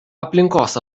aplinkos